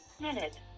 minute